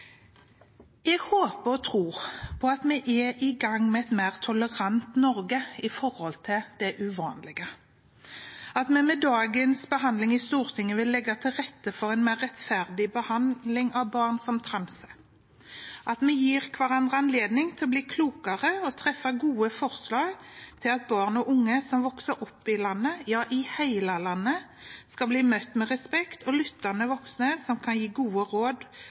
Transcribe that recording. Jeg håper og tror at vi er i gang med å få et mer tolerant Norge overfor det uvanlige – at vi med dagens behandling i Stortinget vil legge til rette for en mer rettferdig behandling av barn som transer, at vi gir hverandre anledning til å bli klokere og treffe gode tiltak slik at barn og unge som vokser opp i landet – ja, i hele landet – skal bli møtt med respekt og lyttende voksne som kan gi gode råd